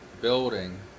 building